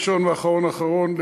ראשון ראשון, ואחרון אחרון.